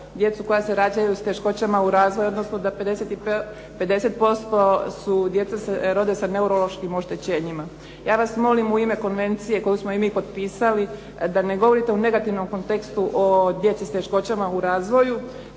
djecu koja se rađaju s teškoćama u razvoju, odnosno da 50% djeca se rode sa neurološkim oštećenjima. Ja vas molim u ime konvencije koju smo i mi potpisali da ne govorite u negativnom kontekstu o djeci s teškoćama u razvoju,